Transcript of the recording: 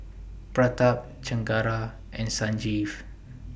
Pratap Chengara and Sanjeev